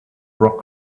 rock